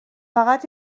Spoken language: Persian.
فقط